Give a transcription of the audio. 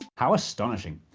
how astonishing.